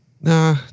Nah